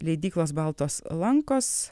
leidyklos baltos lankos